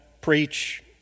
preach